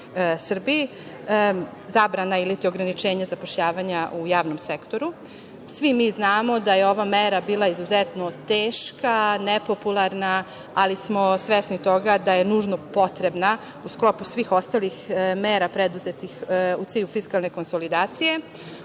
Srbiji, zabrana ili ograničenje zapošljavanja u javnom sektoru. Svi mi znamo da je ova mera bila izuzetno teška, nepopularna, ali smo svesni toga da je nužno potrebna u sklopu svih ostalih mera preduzetih u cilju fiskalne konsolidacije. Upravo